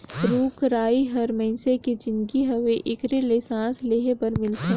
रुख राई हर मइनसे के जीनगी हवे एखरे ले सांस लेहे बर मिलथे